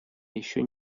еще